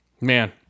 Man